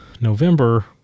November